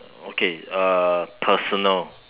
okay uh personal